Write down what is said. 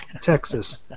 Texas